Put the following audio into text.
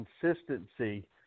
consistency